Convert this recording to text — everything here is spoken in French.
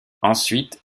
ensuite